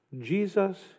Jesus